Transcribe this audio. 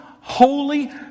holy